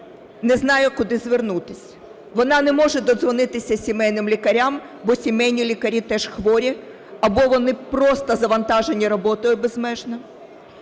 не знає, куди звернутися, вона не може додзвонитися сімейним лікарям, бо сімейні лікарі теж хворі або вони просто завантажені роботою безмежно.